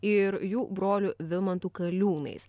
ir jų broliu vilmantu kaliūnais